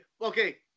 Okay